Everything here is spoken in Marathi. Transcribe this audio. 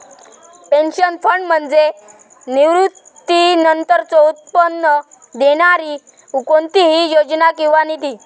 पेन्शन फंड म्हणजे निवृत्तीनंतरचो उत्पन्न देणारी कोणतीही योजना किंवा निधी